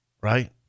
right